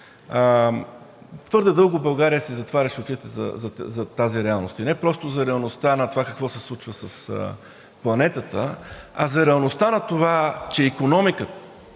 Твърде дълго България си затваряше очите за тази реалност. И не просто за реалността на това какво се случва с планетата, а за реалността на това, че икономиката,